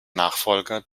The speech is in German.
nachfolger